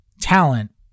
talent